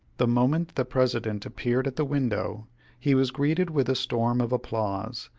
the moment the president appeared at the window he was greeted with a storm of applause,